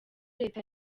leta